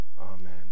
Amen